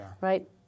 right